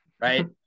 right